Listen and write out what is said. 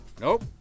Nope